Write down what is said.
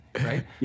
right